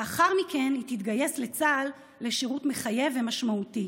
לאחר מכן היא תתגייס לצה"ל לשירות מחייב ומשמעותי.